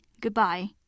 goodbye